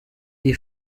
iyi